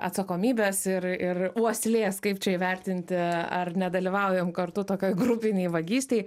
atsakomybės ir ir uoslės kaip čia įvertinti ar nedalyvaujam kartu tokioj grupinėj vagystėj